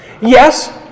Yes